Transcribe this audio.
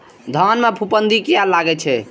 धान में फूफुंदी किया लगे छे?